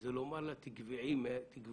זה לומר לה, תגוועי מאליך.